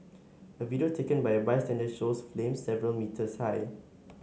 a video taken by a bystander shows flames several metres high